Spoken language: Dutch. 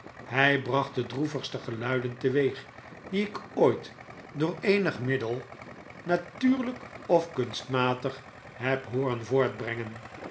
hij bracht de droevigste geluiden teweeg die ik ooit door eenig middel natuurlijk of kunstmatig heb hooren voortbrengen